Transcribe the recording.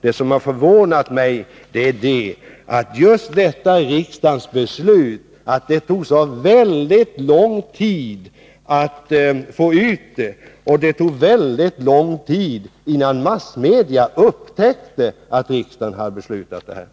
Vad som har förvånat mig är att det tog så väldigt lång tid att få ut riksdagens beslut och att det tog väldigt lång tid, innan massmedia upptäckte att riksdagen hade fattat detta beslut.